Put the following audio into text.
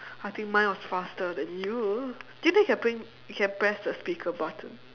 I think mine was faster than you do you think can print can press the speaker button